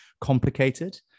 complicated